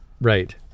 right